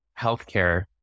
healthcare